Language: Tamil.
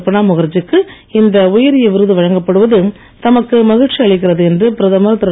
பிரணாப் முகர்ஜிக்கு இந்த உயரிய விருது வழங்கப்படுவது தமக்கு மகிழ்ச்சி அளிக்கிறது என்று பிரதமர் திரு